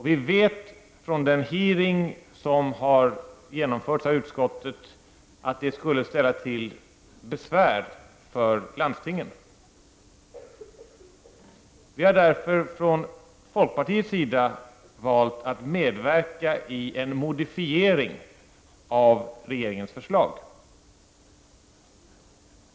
Av den hearing som anordnades av utskottet framgick att det skulle ställa till besvär för landstingen. Vi har därför valt att medverka i en modifiering av regeringens förslag.